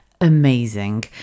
amazing